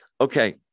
Okay